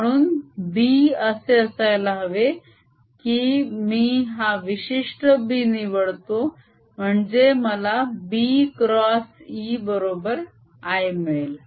म्हणून B असे असायला हवे की मी हा विशिष्ट B निवडतो म्हणजे मला B क्रॉस E बरोबर i मिळेल